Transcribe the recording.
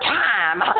time